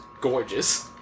gorgeous